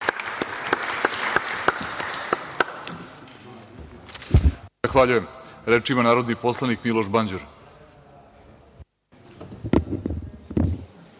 Zahvaljujem. Reč ima narodni poslanik Miloš Banđur.